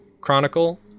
Chronicle